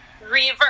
Reverse